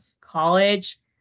college